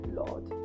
lord